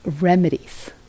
remedies